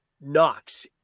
Knox